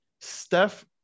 Steph